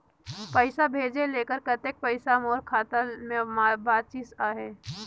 पइसा भेजे तेकर कतेक पइसा मोर खाता मे बाचिस आहाय?